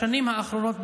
בשנים האחרונות,